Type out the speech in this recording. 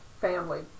family